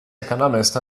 economist